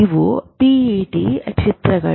ಇವು ಪಿಇಟಿ ಚಿತ್ರಗಳು